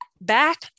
back